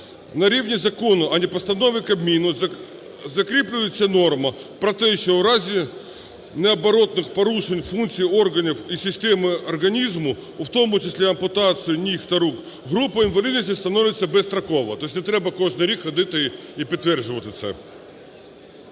на рівні закону, а не постанови Кабміну, закріплюється норма про те, що у разі необоротних порушень функцій органів і систем організму, у тому числі ампутації ніг та рук, група інвалідності встановлюється безстроково. То єсть не треба кожний рік ходити і підтверджувати це.